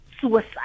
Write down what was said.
suicide